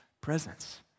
presence